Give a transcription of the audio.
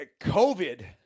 COVID